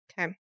Okay